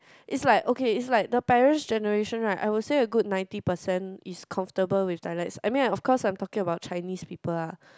is like okay it's like the parents' generation right I would say a good ninety percent is comfortable with dialects I mean I of course I'm talking about Chinese people ah